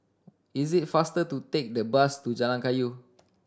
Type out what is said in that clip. is it faster to take the bus to Jalan Kayu